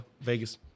Vegas